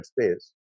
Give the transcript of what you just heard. space